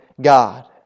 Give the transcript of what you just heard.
God